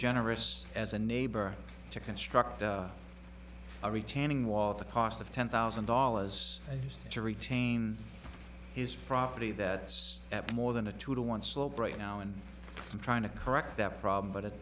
generous as a neighbor to construct a retaining wall at the cost of ten thousand dollars just to retain his property that it's at more than a two to one slope right now and i'm trying to correct that problem but